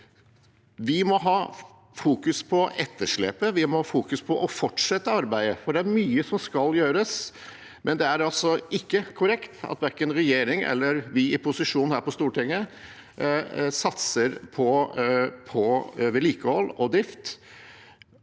Vi må fokusere på etterslepet, vi må fokusere på å fortsette arbeidet, for det er mye som skal gjøres, men det er altså ikke korrekt at verken regjeringen eller vi i posisjonen her på Stortinget satser på vedlikehold og drift.